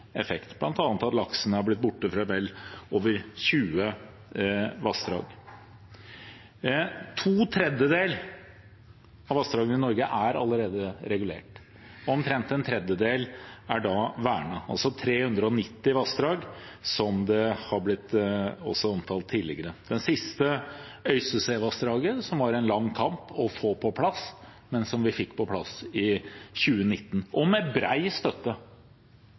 effekt, bl.a. at laksen er blitt borte fra vel over 20 vassdrag. To tredjedeler av vassdragene i Norge er allerede regulert. Som omtalt tidligere, er omtrent en tredjedel vernet, altså 390 vassdrag. Det siste, Øystesevassdraget, var det en lang kamp å få på plass, men vi fikk det på plass i 2019 – med bred støtte.